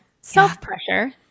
self-pressure